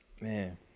Man